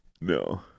No